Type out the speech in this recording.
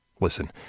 listen